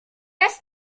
rest